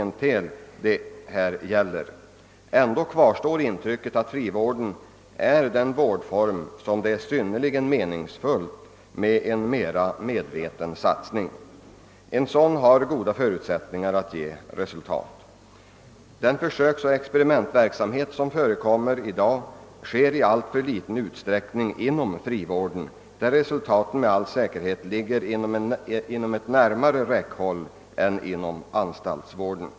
— Men det intrycket kvarstår ändå att frivården är en vårdform där det är synnerligen meningsfyllt med en mera medveten satsning. Den har goda förutsättningar att ge resultat. Den försöksoch experimentverksamhet som förekommer i dag sker i alltför liten utsträckning inom frivården, där ändå resultaten med säkerhet ligger inom närmare räckhåll än inom anstaltsvården.